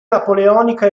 napoleonica